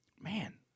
Man